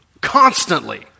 Constantly